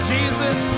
Jesus